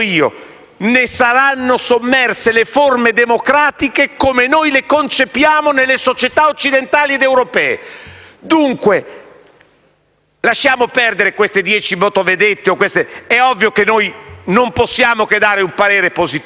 ne saranno sommerse le forme democratiche come noi le concepiamo nelle società occidentali ed europee. Dunque, lasciamo perdere queste dieci motovedette: è ovvio che noi non possiamo che dare un parere positivo.